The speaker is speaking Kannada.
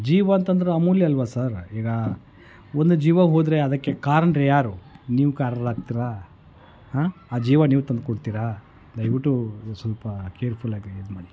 ಜೀವ ಅಂತಂದ್ರೆ ಅಮೂಲ್ಯ ಅಲ್ಲವಾ ಸರ್ ಈಗ ಒಂದು ಜೀವ ಹೋದರೆ ಅದಕ್ಕೆ ಕಾರಣ್ರು ಯಾರು ನೀವು ಕಾರಣ್ರು ಆಗ್ತೀರಾ ಹಾಂ ಆ ಜೀವ ನೀವು ತಂದು ಕೊಡ್ತೀರಾ ದಯವಿಟ್ಟು ಸ್ವಲ್ಪ ಕೇರ್ಫುಲ್ಲಾಗಿ ಇದು ಮಾಡಿ